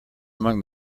among